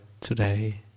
today